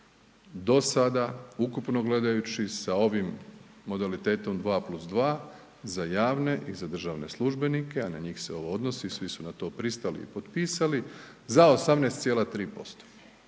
do sada ukupno gledajući sa ovim modalitetom 2+2 za javne i za državne službenike, a na njih se ovo odnosi, svi su na to pristali i potpisali, za 18,3%,